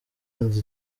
inzu